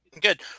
good